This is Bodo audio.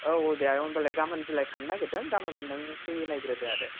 औ औ दे आयं होनबालाय गामोन बिलाइ खानो नागिरदों गामोन नों फैनायग्रोदो आरो